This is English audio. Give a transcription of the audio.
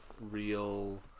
real